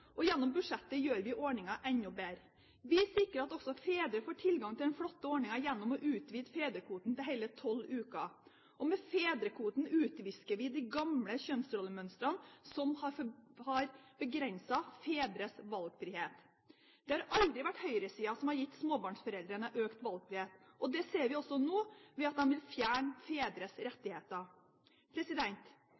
Og gjennom budsjettet gjør vi ordningen enda bedre. Vi sikrer at også fedre får tilgang til den flotte ordningen gjennom å utvide fedrekvoten til hele 12 uker. Og med fedrekvoten utvisker vi de gamle kjønnsrollemønstrene som har begrenset fedres valgfrihet. Det har aldri vært høyresiden som har gitt småbarnsforeldrene økt valgfrihet, og det ser vi også nå ved at de vil fjerne fedres